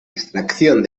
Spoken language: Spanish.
extracción